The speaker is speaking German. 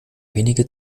wenige